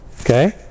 Okay